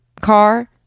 car